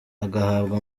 agahabwa